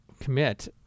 commit